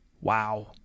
wow